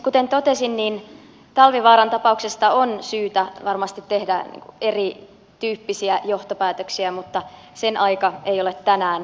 kuten totesin talvivaaran tapauksesta on varmasti syytä tehdä erityyppisiä johtopäätöksiä mutta niiden aika ei ole tänään